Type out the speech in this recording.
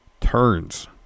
Turns